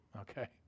Okay